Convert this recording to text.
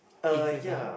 if you have any